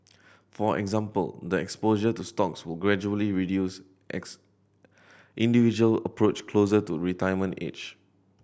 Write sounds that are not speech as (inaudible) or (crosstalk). for example the exposure to stocks will gradually reduce (unintelligible) individual approach closer to retirement age